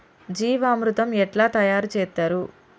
జీవామృతం ఎట్లా తయారు చేత్తరు?